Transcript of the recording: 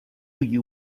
you